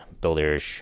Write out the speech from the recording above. builders